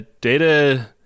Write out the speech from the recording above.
Data